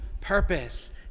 purpose